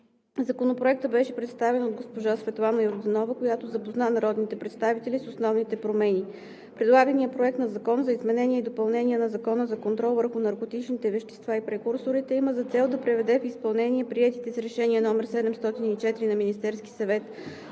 Законопроектът беше представен от госпожа Светлана Йорданова, която запозна народните представители с основните промени. Предлаганият Проект на закон за изменение и допълнение на Закона за контрол върху наркотичните вещества и прекурсорите има за цел да приведе в изпълнение приетите с Решение № 704 на Министерския съвет